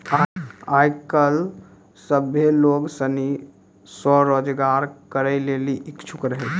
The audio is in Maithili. आय काइल सभ्भे लोग सनी स्वरोजगार करै लेली इच्छुक रहै छै